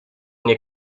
nie